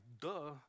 duh